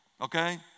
okay